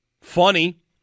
Funny